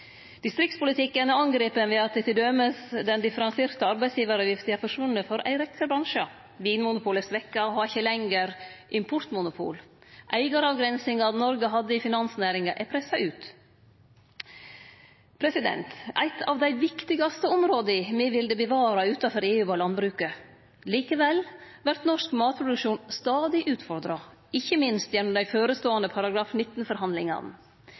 Distriktspolitikken er angripen ved at t.d. den differensierte arbeidsgivaravgifta har forsvunne for ei rekkje bransjar. Vinmonopolet er svekt og har ikkje lenger importmonopol. Eigaravgrensinga Noreg hadde i finansnæringa, er pressa ut. Eitt av dei viktigaste områda me ville bevare utanfor EU, var landbruket. Likevel vert norsk matproduksjon stadig utfordra, ikkje minst gjennom dei føreståande